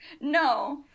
No